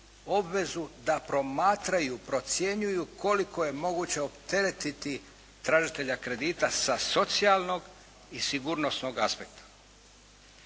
obvezu da promatraju, procjenjuju koliko je moguće opteretiti tražitelja kredita sa socijalnog i sigurnosnog aspekta.